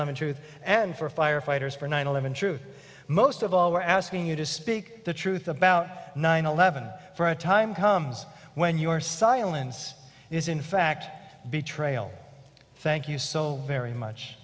eleven truth and for fire fighters for nine eleven true most of all we're asking you to speak the truth about nine eleven for a time comes when your silence is in fact betrayal thank you so very much